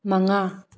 ꯃꯉꯥ